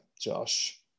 Josh